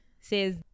says